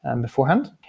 beforehand